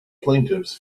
plaintiffs